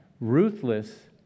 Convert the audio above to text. Ruthless